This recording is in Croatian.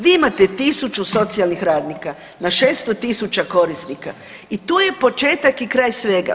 Vi imate 1000 socijalnih radnika na 600.000 korisnika i tu je početak i kraj svega.